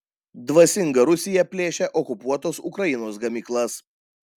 dvasinga rusija plėšia okupuotos ukrainos gamyklas